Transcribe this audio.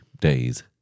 days